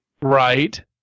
right